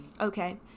Okay